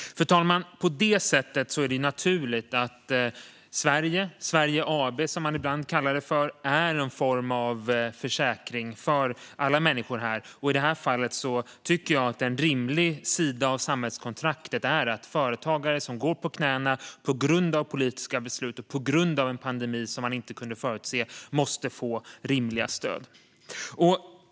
Fru talman! På det sättet är det naturligt att Sverige AB, som man ibland kallar det för, är någon form av försäkring för alla människor här. Och i detta fall tycker jag att en rimlig sida av samhällskontraktet är att företagare som går på knäna på grund av politiska beslut och på grund av en pandemi som man inte kunnat förutse måste få rimliga stöd.